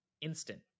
instant